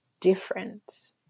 different